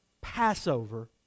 Passover